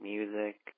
Music